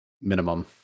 minimum